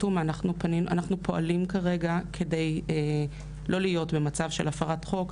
אנחנו פועלים כרגע כדי לא להיות במצב של הפרת חוק.